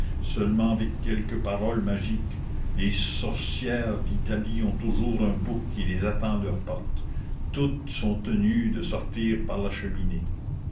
seulement avec quelques paroles magiques les sorcières d'italie ont toujours un bouc qui les attend à leur porte toutes sont tenues de sortir par la cheminée